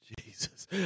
Jesus